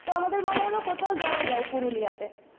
তো আমাদের মনে হলো কোথায় যাওয়া যায় পুরুলিয়াতে